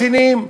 קטינים,